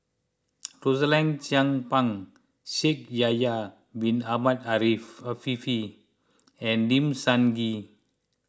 Rosaline Chan Pang Shaikh Yahya Bin Ahmed Afifi and Lim Sun Gee